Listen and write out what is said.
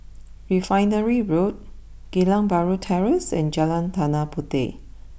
Refinery Road Geylang Bahru Terrace and Jalan Tanah Puteh